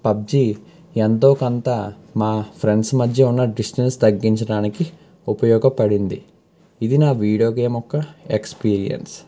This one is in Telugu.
పబ్జీ ఎంతో కొంత మా ఫ్రెండ్స్ మధ్య ఉన్న డిస్టెన్స్ తగ్గించడానికి ఉపయోగపడింది ఇది నా వీడియో గేమ్ యొక్క ఎక్స్పీరియన్స్